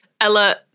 ella